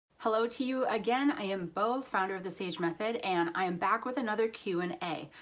hello to you again. i am beau, founder of the sage method and i am back with another q and a.